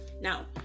Now